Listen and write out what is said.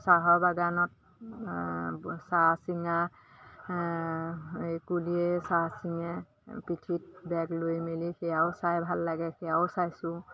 চাহৰ বাগানত চাহ চিঙা এই কুলিয়ে চাহ চিঙে পিঠিত বেগ লৈ মেলি সেয়াও চাই ভাল লাগে সেয়াও চাইছোঁ